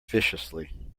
viciously